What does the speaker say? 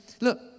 look